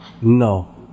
No